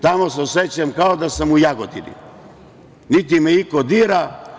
Tamo se osećam kao da sam u Jagodini, niti me iko dira.